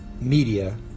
media